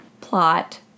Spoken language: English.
plot